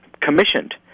commissioned